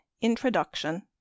introduction